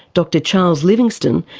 dr charles livingstone,